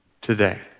today